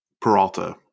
Peralta